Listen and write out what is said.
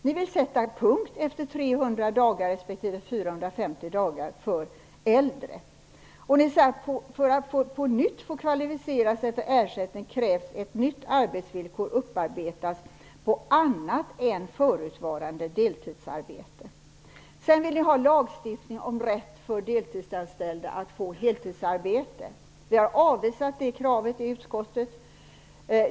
Ni vill sätta punkt efter 300 dagar respektive 450 dagar för äldre. För att man på nytt skall kvalificera sig för ersättning kräver ni att ett nytt arbetsvillkor upparbetas på annat än förutvarande deltidsarbete. Vi vill ha en lagstiftning om rätt för deltidsanställda att få heltidsarbete. Utskottet har avvisat det kravet.